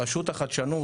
רשות החדשנות,